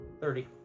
Thirty